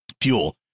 fuel